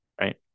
right